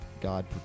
God